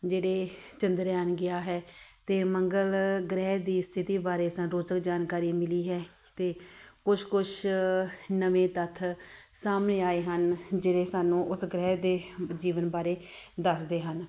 ਜਿਹੜੇ ਚੰਦਰਯਾਨ ਗਿਆ ਹੈ ਅਤੇ ਮੰਗਲ ਗ੍ਰਹਿ ਦੀ ਸਥਿੱਤੀ ਬਾਰੇ ਸਾਨੂੰ ਰੋਚਕ ਜਾਣਕਾਰੀ ਮਿਲੀ ਹੈ ਅਤੇ ਕੁਛ ਕੁਛ ਨਵੇਂ ਤੱਥ ਸਾਹਮਣੇ ਆਏ ਹਨ ਜਿਹੜੇ ਸਾਨੂੰ ਉਸ ਗ੍ਰਹਿ ਦੇ ਜੀਵਨ ਬਾਰੇ ਦੱਸਦੇ ਹਨ